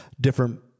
different